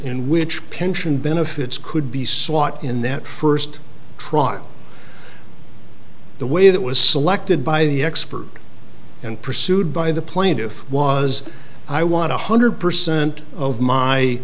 in which pension benefits could be sought in that first trial the way that was selected by the expert and pursued by the plaintiff was i want a hundred percent of my